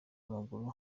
w’amaguru